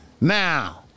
Now